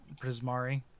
Prismari